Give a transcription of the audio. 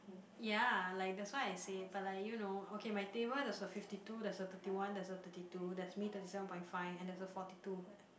ya like that's why I say but like you know okay my table there's a fifty two there's a thirty one there's a thirty two there's me thirty seven point five and there's a forty two